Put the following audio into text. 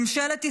ממשלת ישראל,